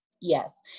Yes